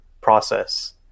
process